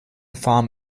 farm